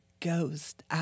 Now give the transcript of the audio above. ghost